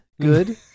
good